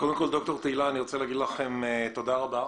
ד"ר תהילה, אני רוצה להגיד לכם תודה רבה,